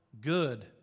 Good